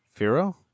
Firo